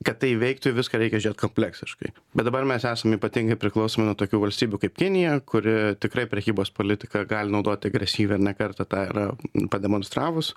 kad tai veiktų į viską reikia žiūrėt kompleksiškai bet dabar mes esam ypatingai priklausomi nuo tokių valstybių kaip kinija kuri tikrai prekybos politiką gali naudot agresyvią ir ne kartą tą yra pademonstravus